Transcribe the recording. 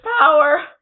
power